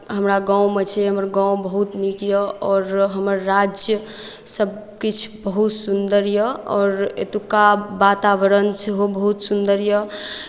हमरा गाँवमे छै हमर गाँव बहुत नीक यए आओर हमर राज्य सभकिछु बहुत सुन्दर यए आओर एतुक्का वातावरण सेहो बहुत सुन्दर यए